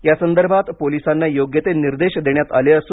यासंदर्भात पोलिसांना योग्य ते निर्देश देण्यात आले आहेत